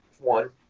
one